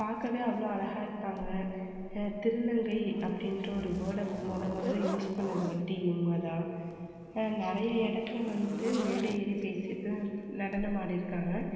பார்க்கவே அவ்வளோ அழகாக இருப்பாங்கள் திருநங்கை அப்படின்ற ஒரு வேர்ட மொத முதல்ல யூஸ் பண்ணது வந்துட்டு இவங்க தான் நிறைய இடத்துல வந்து மேடை ஏறி பேசி தான் நடனமாடிருக்காங்கள்